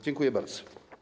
Dziękuję bardzo.